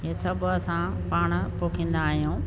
इहे सभु असां पाणि पोखींदा आहियूं